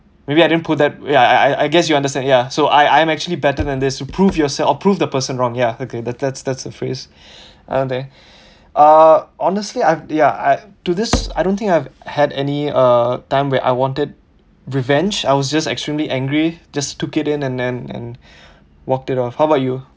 maybe I didn't put that way I I I guess you understand ya so I I am actually better than this to prove yourself or prove the person wrong ya okay that's that's the phrase okay uh honestly I've ya I've to this I don't think I've had any uh time where I wanted revenge I was just extremely angry just took it in and then and walked it off how about you